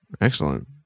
Excellent